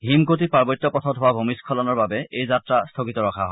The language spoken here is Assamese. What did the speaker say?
হিমকোটি পাৰ্বত্য পথত হোৱা ভূমিস্বলনৰ বাবে এই যাত্ৰা স্থগিত ৰখা হয়